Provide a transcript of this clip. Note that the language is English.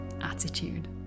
attitude